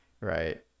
right